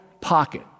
pocket